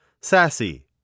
Sassy